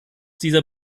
dieser